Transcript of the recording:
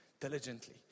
diligently